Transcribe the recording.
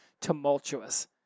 tumultuous